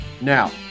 Now